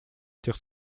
этих